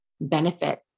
benefit